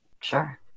Sure